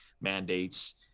mandates